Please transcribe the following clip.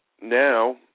Now